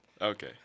okay